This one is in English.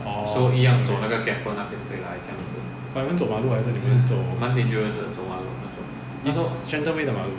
orh but 你们走马路还是你们走 !huh! it's shenton way 的马路